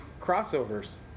crossovers